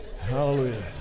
hallelujah